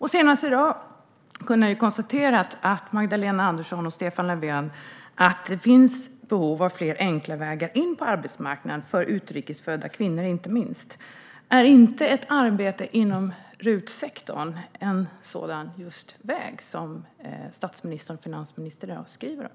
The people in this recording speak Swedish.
Senast i dag konstaterade Magdalena Andersson och Stefan Löfven att det finns behov av fler enkla vägar in på arbetsmarknaden för inte minst utrikesfödda kvinnor. Är inte ett arbete i RUT-sektorn just en sådan väg som statsministern och finansministern i dag skriver om?